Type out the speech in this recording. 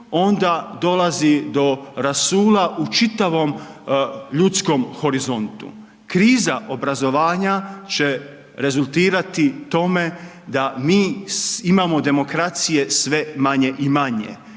onda dolazi do rasula u čitavom ljudskom horizontu. Kriza obrazovanja će rezultirati tome da mi imamo demokracije sve manje i manje,